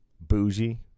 bougie